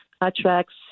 attracts